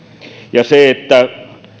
ja